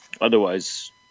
otherwise